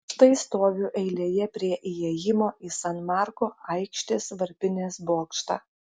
štai stoviu eilėje prie įėjimo į san marko aikštės varpinės bokštą